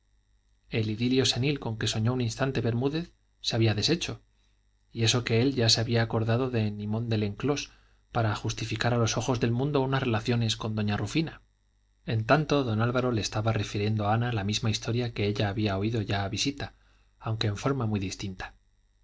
el idilio senil con que soñó un instante bermúdez se había deshecho y eso que él ya se había acordado de ninon de lenclós para justificar a los ojos del mundo unas relaciones con doña rufina en tanto don álvaro le estaba refiriendo a ana la misma historia que ella había oído ya a visita aunque en forma muy distinta